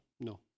No